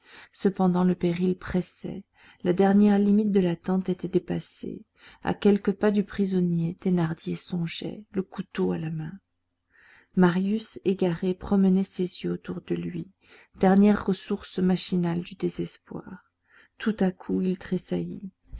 cependant le péril pressait la dernière limite de l'attente était dépassée à quelques pas du prisonnier thénardier songeait le couteau à la main marius égaré promenait ses yeux autour de lui dernière ressource machinale du désespoir tout à coup il